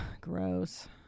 gross